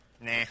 Nah